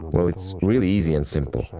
well it's really easy and simple.